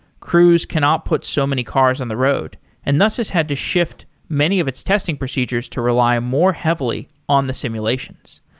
cruise cannot put so many cars on the road and thus has had to shift many of its testing procedures to rely more heavily on the simulations.